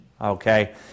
Okay